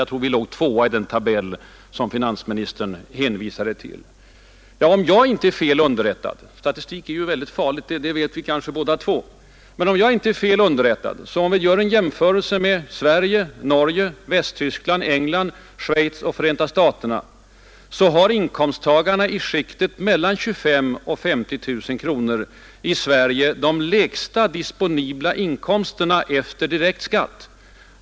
Jag tror vi låg tvåa i den tabell som finansministern hänvisade till. Om jag inte är fel underrättad — statistik är verkligen farligt, det vet vi båda två — har inkomsttagarna i Sverige i skiktet mellan 25 000 och 50 000 kronor de lägsta disponibla inkomsterna efter direkt skatt vid en jämförelse med Norge, Västtyskland, England, Schweiz och Förenta staterna.